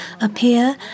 appear